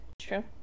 true